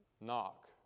knock